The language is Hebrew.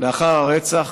לאחר הרצח